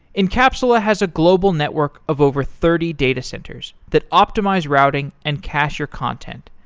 encapsula has a global network of over thirty data centers that optimize routing and cacher content.